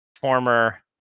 former